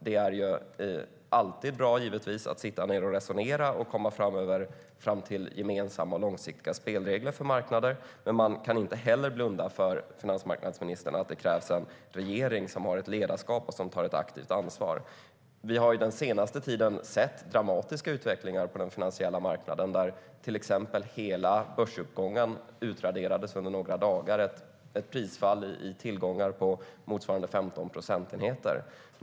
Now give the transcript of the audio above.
Det är givetvis alltid bra att sitta ned och resonera och komma fram till gemensamma, långsiktiga spelregler för marknader. Men, finansmarknadsministern, man kan inte heller blunda för att det krävs en regering som utövar ledarskap och som tar ett aktivt ansvar. Under den senaste tiden har vi sett en dramatisk utveckling på den finansiella marknaden. Hela börsuppgången utraderades under några dagar vilket ledde till ett prisfall på tillgångar motsvarande 15 procentenheter.